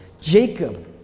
Jacob